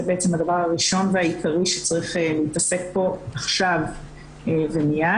בעצם הדבר הראשון והעיקרי שצריך להתעסק בו עכשיו ומיד.